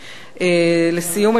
לסיום,